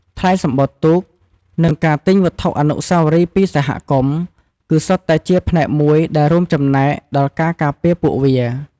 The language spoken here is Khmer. ថ្លៃសំបុត្រទូក និងការទិញវត្ថុអនុស្សាវរីយ៍ពីសហគមន៍ គឺសុទ្ធតែជាផ្នែកមួយដែលរួមចំណែកដល់ការការពារពួកវា ។